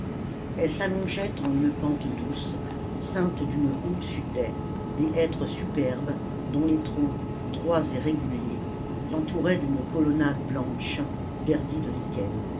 elle s'allongeait en une pente douce ceinte d'une haute futaie des hêtres superbes dont les troncs droits et réguliers l'entouraient d'une colonnade blanche verdie de